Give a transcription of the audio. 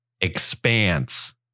expanse